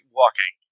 walking